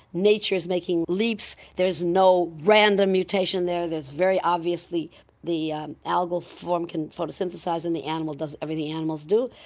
nature's making leaps, there is no random mutation there, there's very obviously the algal form can photosynthesise and the animal does everything animals do.